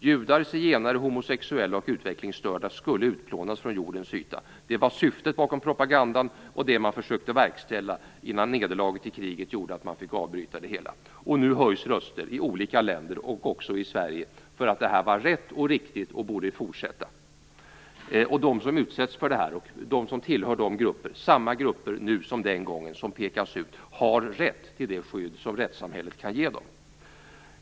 Judar, zigenare, homosexuella och utvecklingsstörda skulle utplånas från jordens yta. Det var syftet bakom propagandan, och det var det man försökte verkställa innan nederlaget i kriget gjorde att man fick avbryta det hela. Nu höjs röster i olika länder, också i Sverige, för att det här var rätt och riktigt och borde fortsätta. De som utsätts för detta och de som tillhör de grupper som pekas ut, samma grupper nu som den gången, har rätt till det skydd som rättssamhället kan ge dem.